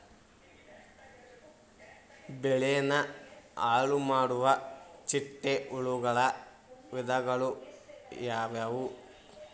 ಬೆಳೆನ ಹಾಳುಮಾಡುವ ಚಿಟ್ಟೆ ಹುಳುಗಳ ವಿಧಗಳು ಯಾವವು?